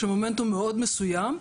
שמומנטום מאוד מסוים,